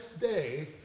day